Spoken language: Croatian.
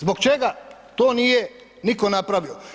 Zbog čega to nije nitko napravio?